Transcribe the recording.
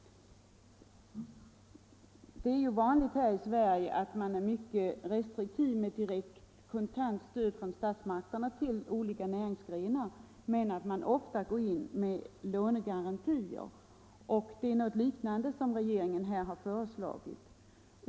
Det är ju vanligt här i Sverige att man är restriktiv med direkt kontantstöd från statsmakterna till olika näringsgrenar men att man ofta går in med lånegarantier. Det är något liknande som regeringen här har föreslagit.